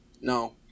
No